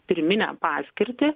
pirminę paskirtį